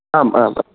आम् आम् आम्